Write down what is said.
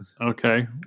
Okay